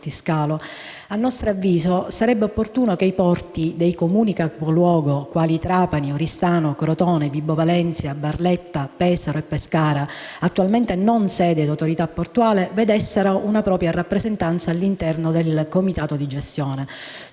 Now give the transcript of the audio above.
a nostro avviso sarebbe opportuno che i porti dei Comuni capoluogo quali Trapani, Oristano, Crotone, Vibo Valentia, Barletta, Pesaro e Pescara, attualmente non sede di autorità portuale, vedessero una propria rappresentanza all'interno del comitato di gestione,